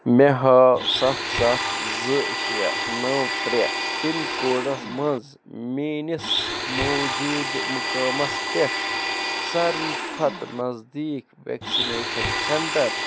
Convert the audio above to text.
مےٚ ہاو سَتھ سَتھ زٕ شےٚ نَو ترٛےٚ پِن کوڈس مَنٛز میٲنِس موٗجوٗدٕ مُقامس پٮ۪ٹھ ساروِی کھۄتہٕ نزدیٖک ویکسِنیشن سینٹر